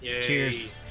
Cheers